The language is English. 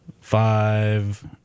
five